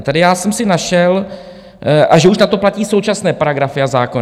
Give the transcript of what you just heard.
A tady já jsem si našel a že už na to platí současné paragrafy a zákony.